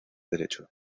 derecho